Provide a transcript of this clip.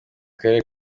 karere